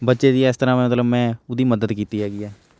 ਬੱਚੇ ਦੀ ਇਸ ਤਰ੍ਹਾਂ ਮਤਲਬ ਮੈਂ ਉਹਦੀ ਮਦਦ ਕੀਤੀ ਹੈਗੀ ਹੇ